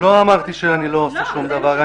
לא אמרתי שאני לא אעשה שום דבר.